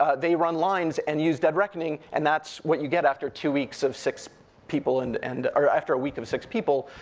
ah they run lines, and use dead reckoning, and that's what you get after two weeks of six people, and and or after a week of six people,